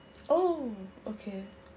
oh okay